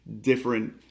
different